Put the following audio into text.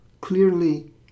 clearly